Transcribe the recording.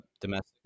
domestic